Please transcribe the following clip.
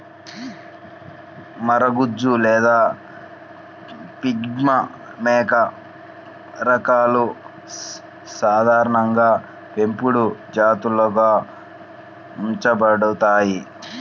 మరగుజ్జు లేదా పిగ్మీ మేక రకాలు సాధారణంగా పెంపుడు జంతువులుగా ఉంచబడతాయి